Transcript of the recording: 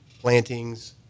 plantings